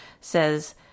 says